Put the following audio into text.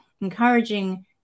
encouraging